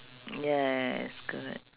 yes correct